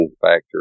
factor